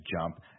jump